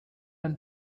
and